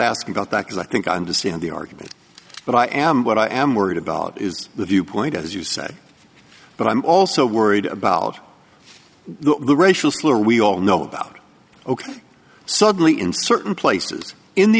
asking about that because i think i understand the argument but i am what i am worried about is the viewpoint as you say but i'm also worried about the racial slur we all know about ok suddenly in certain places in the